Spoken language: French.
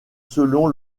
selon